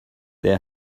their